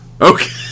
Okay